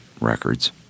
records